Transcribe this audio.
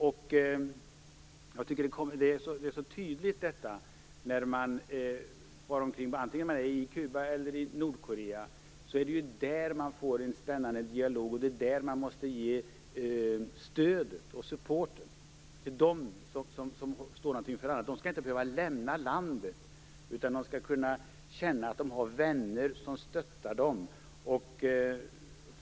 Detta är så tydligt. Det är vid resor till Kuba eller Nordkorea som man får en spännande dialog och där stödet måste ges till dem som vill något annat. De skall inte behöva lämna landet, utan de skall kunna känna att de har vänner som stöttar dem.